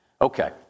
Okay